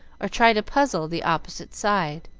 or try to puzzle the opposite side.